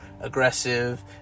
aggressive